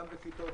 גם בכיתות,